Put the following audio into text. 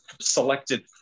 selected